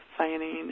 cyanine